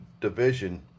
division